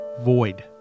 void